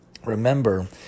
remember